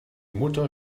mutter